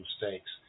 mistakes